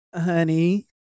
honey